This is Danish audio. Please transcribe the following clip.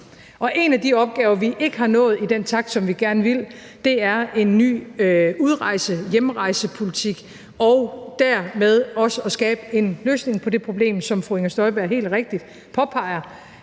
En af de opgaver, vi ikke har nået at få løst i den takt, som vi gerne ville, er spørgsmålet om en ny udrejse- eller hjemrejsepolitik og dermed også at skabe en løsning på det problem, som fru Inger Støjberg helt rigtigt påpeger,